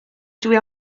dwi